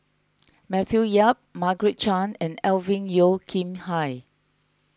Matthew Yap Margaret Chan and Alvin Yeo Khirn Hai